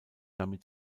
damit